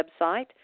website